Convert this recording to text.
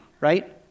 right